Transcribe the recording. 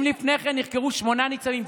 אם לפני כן נחקרו שמונה ניצבים,